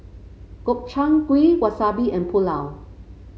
Gobchang Gui Wasabi and Pulao